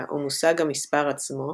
האריתמטיקה, ומושג המספר עצמו,